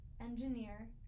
engineer